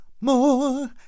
more